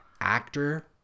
actor